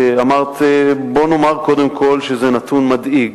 אמרת: בוא נאמר קודם כול שזה נתון מדאיג,